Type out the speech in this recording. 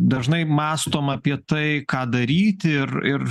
dažnai mąstom apie tai ką daryti ir ir